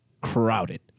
crowded